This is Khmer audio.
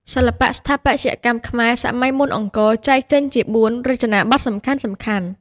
សិល្បៈស្ថាបត្យកម្មខ្មែរសម័យមុនអង្គរចែកចេញជា ៤ រចនាបថសំខាន់ៗ។